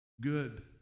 good